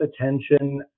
attention